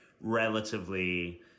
relatively